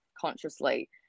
consciously